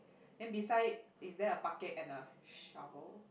then beside it is there a bucket and a shovel